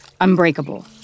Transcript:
unbreakable